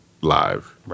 live